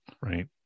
Right